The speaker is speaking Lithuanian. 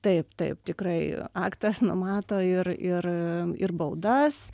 taip taip tikrai aktas numato ir ir ir baudas